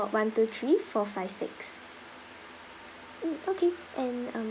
one two three four five six mm okay and um